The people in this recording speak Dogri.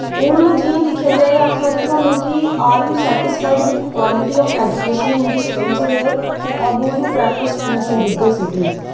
हून जियां दिक्खेआ जाए आक्खा दे थोहानू कि are you satisfied with quality of education in the schools here or do you prefer schools in bigger cities